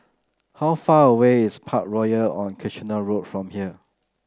how far away is Parkroyal on Kitchener Road from here